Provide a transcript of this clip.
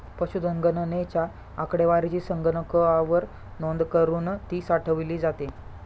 पशुधन गणनेच्या आकडेवारीची संगणकावर नोंद करुन ती साठवली जाते